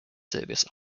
service